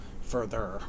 further